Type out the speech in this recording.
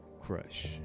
crush